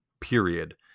period